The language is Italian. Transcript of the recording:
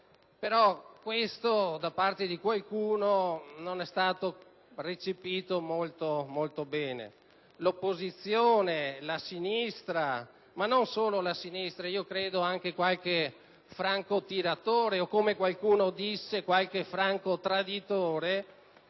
però questo da parte di qualcuno non è stato accolto molto bene. L'opposizione, la sinistra - ma non solo la sinistra, credo anche qualche franco tiratore, o, come qualcuno ha detto, qualche "franco traditore"